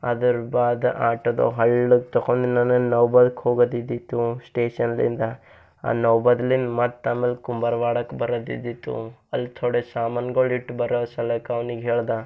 ಅದರ ಬಾದ ಆಟೋದವ ಹಳ್ಳಕ್ಕ ತಕೊಂಡು ನನ್ನನ್ನ ನವಬಾದಕ್ಕ ಹೋಗೋದಿದ್ದಿತ್ತು ಸ್ಟೇಷನ್ದಿಂದ ನವಬಾದ್ನಿಂದ್ ಮತ್ತು ಆಮೇಲೆ ಕುಂಬಾರ ವಾಡಾಕ ಬರೋದಿದ್ದಿತ್ತು ಅಲ್ಲಿ ಥೋಡೆ ಸಾಮಾನ್ಗಳ ಇಟ್ಟು ಬರೋ ಸಲಕ್ಕ ಅವ್ನಿಗೆ ಹೇಳ್ದೆ